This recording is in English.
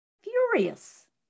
furious